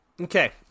Okay